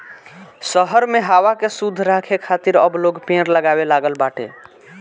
शहर में हवा के शुद्ध राखे खातिर अब लोग पेड़ लगावे लागल बाटे